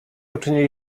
uczynili